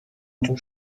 دور